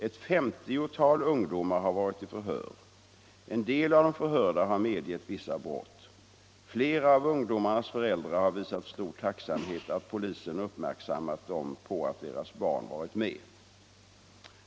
Ett femtiotal ungdomar har varit i förhör. En del av de förhörda har medgett vissa brott. Flera av ungdomarnas föräldrar har visat stor tacksamhet över att polisen uppmärksammat dem på att deras barn varit med.